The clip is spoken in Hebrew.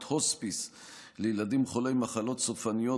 הוספיס לילדים חולים במחלות סופניות,